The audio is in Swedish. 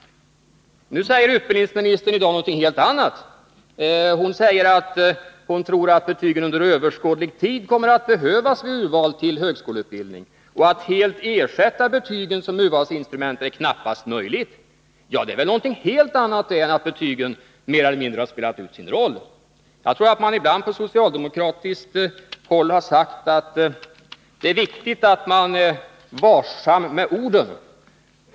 Nu säger utbildningsministern någonting helt annat, nämligen att hon tror att betygen under överskådlig tid kommer att behövas vid urvalet till högskoleutbildning och att det knappast är möjligt att helt ersätta dem som urvalsinstrument. Det är någonting helt annat än att säga att betygen mer eller mindre har spelat ut sin roll. Från socialdemokratiskt håll har det ibland sagts att det är viktigt att man är varsam med orden.